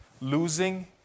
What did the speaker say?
losing